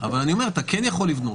אבל אתה כן יכול לבנות,